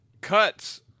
Cuts